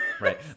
Right